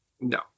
no